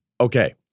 Okay